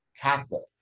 Catholic